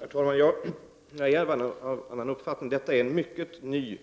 Herr talman! Jag är av en annan uppfattning i frågan. Detta är en mycket ny